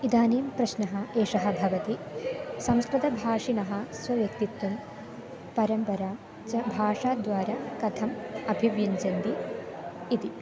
इदानीं प्रश्नः एषः भवति संस्कृतभाषिणः स्वव्यक्तित्वं परम्परा च भाषाद्वारा कथम् अभिव्यञ्जन्ते इति